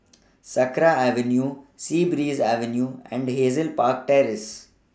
Sakra Avenue Sea Breeze Avenue and Hazel Park Terrace